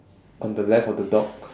on the left of the dog